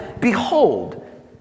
Behold